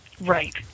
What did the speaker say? Right